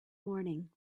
morning